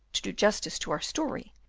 to do justice to our story,